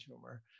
tumor